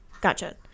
gotcha